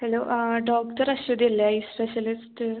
hello doctor അശ്വതിയല്ലേ eye specialist